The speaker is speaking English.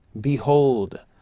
Behold